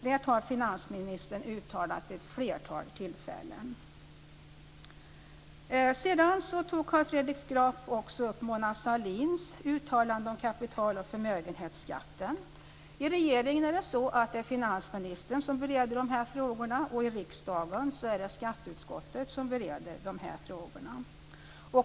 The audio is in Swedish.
Det har finansministern uttalat vid ett flertal tillfällen. Carl Fredrik Graf tog också upp Mona Sahlins uttalande om kapital och förmögenhetsskatten. I regeringen är det finansministern som bereder de frågorna, och i riksdagen är det skatteutskottet.